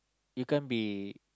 you can't be